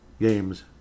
games